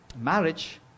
marriage